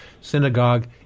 synagogue